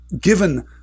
given